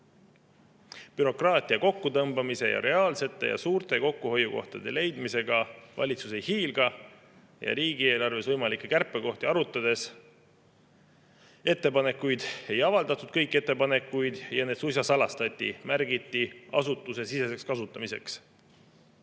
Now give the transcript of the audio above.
Bürokraatia kokkutõmbamisega ning reaalsete ja suurte kokkuhoiukohtade leidmisega valitsus ei hiilga. Riigieelarves võimalikke kärpekohti arutades kõiki ettepanekuid ei avaldatud, need suisa salastati, märgiti asutusesiseseks kasutamiseks.